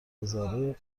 هزاره